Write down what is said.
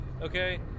okay